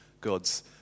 God's